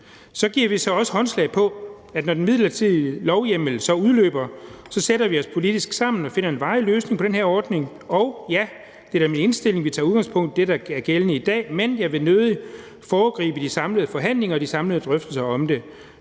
Så giver vi så også håndslag på, at når den midlertidige lovhjemmel udløber, sætter vi os sammen og finder en varig politisk løsning på den her ordning, og ja, det er da min indstilling, at vi tager udgangspunkt i det, der er gældende i dag, men jeg vil nødig foregribe de samlede forhandlinger og de samlede drøftelser om det,